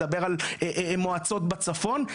מועצות בצפון,